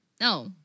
no